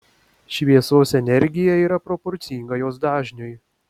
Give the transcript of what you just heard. šviesos energija yra proporcinga jos dažniui